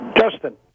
Justin